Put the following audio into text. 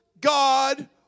God